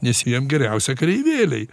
nes jiem geriausia kareivėliai